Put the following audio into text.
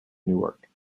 newark